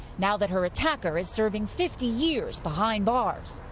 now that her attacker is serving fifty years behind bars.